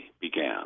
began